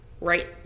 right